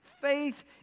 Faith